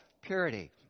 purity